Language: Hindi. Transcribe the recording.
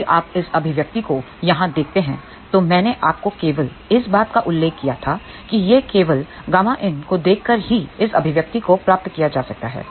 यदि आप इस अभिव्यक्ति को यहाँ देखते हैं तो मैंने आपको केवल इस बात का उल्लेख किया था कि यह केवल Ƭin को देखकर ही इस अभिव्यक्ति को प्राप्त किया जा सकता है